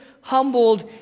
humbled